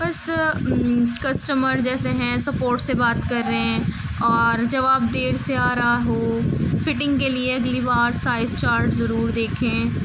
بس کسٹمر جیسے ہیں سپورٹ سے بات کریں اور جواب دیر سے آ رہا ہو فٹنگ کے لیے اگلی بار سائز چارٹ ضرور دیکھیں